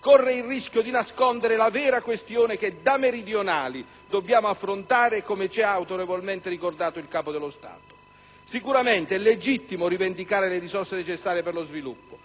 corre il rischio di nascondere la vera questione che, da meridionali, dobbiamo affrontare, come ci ha autorevolmente ricordato il Capo dello Stato. È sicuramente legittimo rivendicare le risorse necessarie per lo sviluppo,